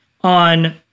on